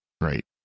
Right